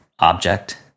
Object